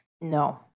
No